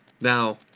Now